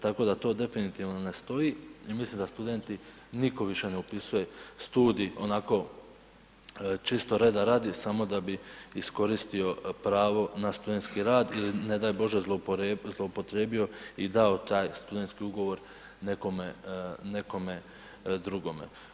Tako da to definitivno ne stoji i mislim da studenti nitko više ne upisuje studij onako čisto reda radi samo da bi iskoristio pravo na studentski rad ili ne daj Bože zloupotrijebio i dao taj studentski ugovor nekome, nekome drugome.